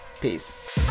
Peace